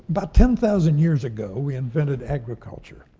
but ten thousand years ago, we invented agriculture,